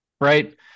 right